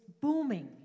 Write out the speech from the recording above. booming